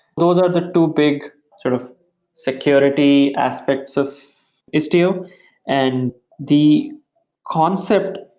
those are the two big sort of security aspects of istio and the concept,